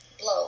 Blow